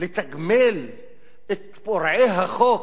לתגמל את פורעי החוק,